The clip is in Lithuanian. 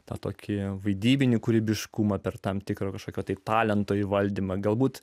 tad tokie vaidybinį kūrybiškumą per tam tikrą kažkokio tik talento įvaldymą galbūt